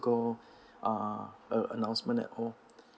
go uh a announcement at all